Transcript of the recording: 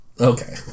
Okay